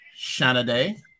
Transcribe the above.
Shanaday